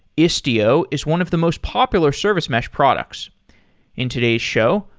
istio is one of the most popular service mesh products in today's show,